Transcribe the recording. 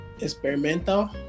experimental